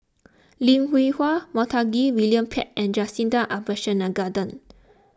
Lim Hwee Hua Montague William Pett and Jacintha Abisheganaden